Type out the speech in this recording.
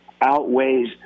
outweighs